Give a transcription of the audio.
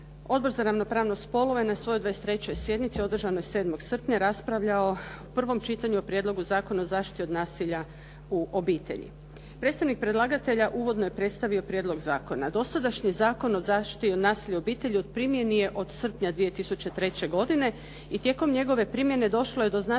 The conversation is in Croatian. Odbor za ravnopravnost spolova je na svojoj 23. sjednici održanoj 7. srpnja raspravljao o prvom čitanju o Prijedlogu zakona o zaštiti od nasilja u obitelji. Predstavnik predlagatelja uvodno je predstavio prijedlog zakona. Dosadašnji Zakon o zaštiti od nasilja u obitelji u primjeni je od srpnja 2003. godine i tijekom njegove primjene došlo je do značajnih